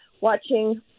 watching